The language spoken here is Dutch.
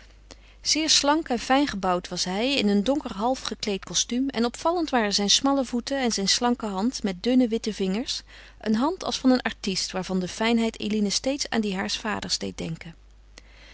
zeer slank en fijn gebouwd was hij in een donker half gekleed kostuum en opvallend waren zijn smalle voeten en zijn slanke hand met dunne witte vingers een hand als van een artist waarvan de fijnheid eline steeds aan die haars vaders deed denken